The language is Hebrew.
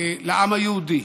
לעם היהודי.